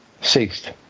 ceased